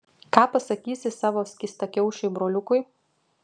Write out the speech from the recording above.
ką pasakysi savo skystakiaušiui broliukui